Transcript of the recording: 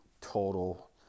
total